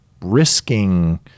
risking